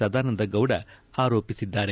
ಸದಾನಂದ ಗೌಡ ಆರೋಪಿಸಿದ್ದಾರೆ